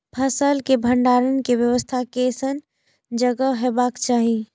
फसल के भंडारण के व्यवस्था केसन जगह हेबाक चाही?